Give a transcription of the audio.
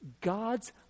God's